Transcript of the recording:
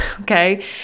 okay